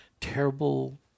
terrible